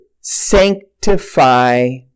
Sanctify